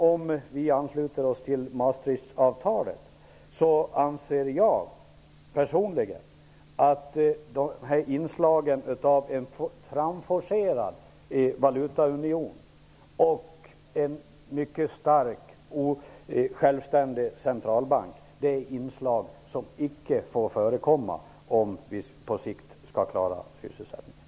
Om vi ansluter oss till Maastrichtavtalet anser jag personligen att en framforcerad valutaunion och en mycket stark och självständig centralbank är inslag som icke får förekomma om vi på sikt skall klara sysselsättningen.